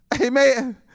Amen